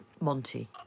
Monty